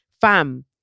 Fam